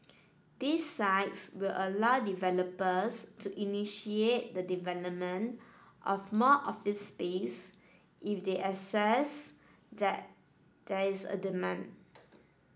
these sites will allow developers to initiate the development of more office space if they assess that there is a demand